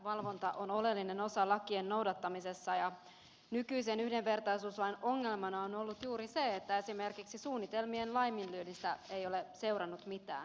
valvonta on oleellinen osa lakien noudattamisessa ja nykyisen yhdenvertaisuuslain ongelmana on ollut juuri se että esimerkiksi suunnitelmien laiminlyönnistä ei ole seurannut mitään